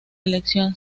elección